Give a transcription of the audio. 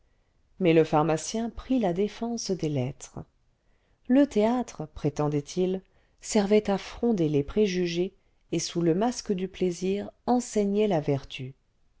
mais le pharmacien prit la défense des lettres le théâtre prétendait-il servait à fronder les préjugés et sous le masque du plaisir enseignait la vertu